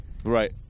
Right